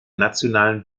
nationalen